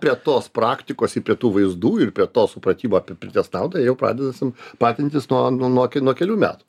prie tos praktikos ir prie tų vaizdų ir prie to supratimo apie pirties naudą jie jau pradeda su pratintis nuo n nuo nuo kelių metų